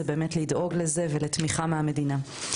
הוא באמת לדאוג לתמיכה מהמדינה.